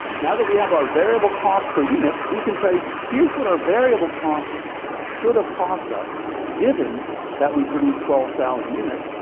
now that we have our variable cost per units, we can say, here's what our variable costs should've cost us given that we produced twelve thousand units,